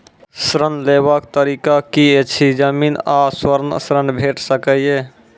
ऋण लेवाक तरीका की ऐछि? जमीन आ स्वर्ण ऋण भेट सकै ये?